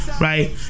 Right